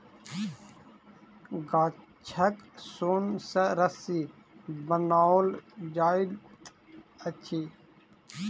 गाछक सोन सॅ रस्सी बनाओल जाइत अछि